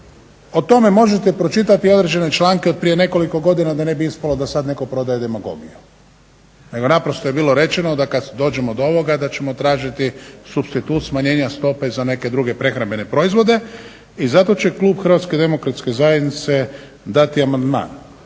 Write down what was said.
O tome možete pročitati i određene članke od prije nekoliko godina da ne bi ispalo da sad netko prodaje demagogiju. Nego naprosto je bilo rečeno da kad dođemo do ovoga da ćemo tražiti supstitut smanjenja stope za neke druge prehrambene proizvode i zato će klub HDZ-a dati amandman